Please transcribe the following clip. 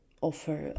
offer